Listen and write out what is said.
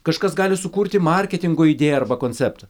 kažkas gali sukurti marketingo idėją arba konceptą